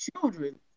children